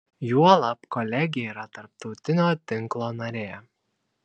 juolab kolegija yra tarptautinio tinklo narė